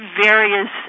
various